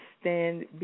stand